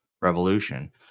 revolution